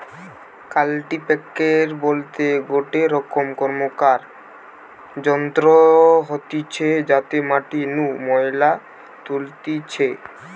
কাল্টিপ্যাকের বলতে গটে রকম র্কমকার যন্ত্র হতিছে যাতে মাটি নু ময়লা তুলতিছে